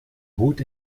hut